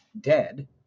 dead